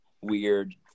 weird